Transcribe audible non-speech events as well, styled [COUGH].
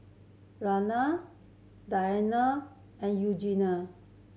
[UNINTELLIGIBLE] Diana and Eugenie